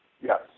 Yes